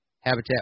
Habitat